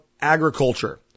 Agriculture